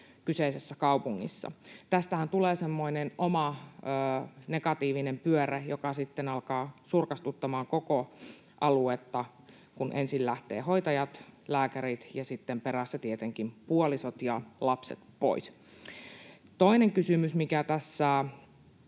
kyseisessä kaupungissa. Tästähän tulee semmoinen oma negatiivinen pyörä, joka sitten alkaa surkastuttamaan koko aluetta, kun ensin lähtevät hoitajat, lääkärit ja sitten perässä tietenkin puolisot ja lapset pois. Toinen kysymys, mikä tässä